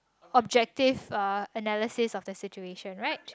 objective uh analysis of the situation right